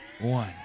One